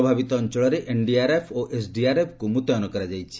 ପ୍ରଭାବିତ ଅଞ୍ଚଳରେ ଏନଡିଆରଏଫ ଓ ଏସଡିଆରଏଫଙ୍କୁ ମୁତ୍ୟନ କରାଯାଇଛି